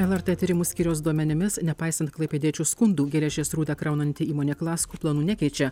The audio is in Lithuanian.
lrt tyrimų skyriaus duomenimis nepaisant klaipėdiečių skundų geležies rūdą kraunanti įmonė klasko planų nekeičia